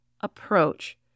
approach